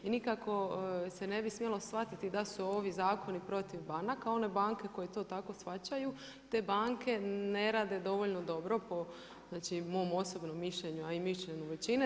I nikako se ne bi smjelo shvatiti da su ovi zakoni protiv banaka, one banke koje to tako shvaćaju, te banke ne rade dovoljno dobro po mom osobnom mišljenju, a i mišljenju većine.